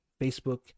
Facebook